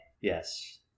Yes